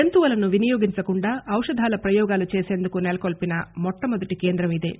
జంతువులను వినియోగించకుండా ఔషధాల ప్రయోగాలు చేసేందుకు నెలకొల్సిన మొట్లమొదటి కేంద్రం ఇదే